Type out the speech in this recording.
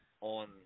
on